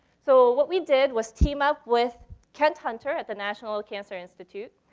so what we did was team up with kent hunter at the national cancer institute,